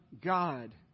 God